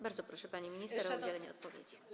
Bardzo proszę, pani minister, o udzielenie odpowiedzi.